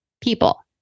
people